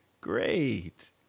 great